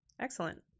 Excellent